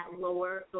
lower